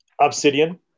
Obsidian